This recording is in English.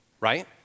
right